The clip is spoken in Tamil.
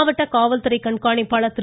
மாவட்ட காவல்துறை கண்காணிப்பாளர் திரு